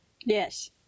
Yes